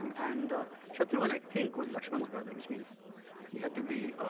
and shatrughan i think was laxman's brother which means he had to be, ah